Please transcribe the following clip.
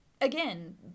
Again